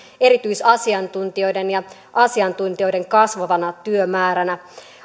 erityisasiantuntijoiden ja asiantuntijoiden kasvavana työmääränä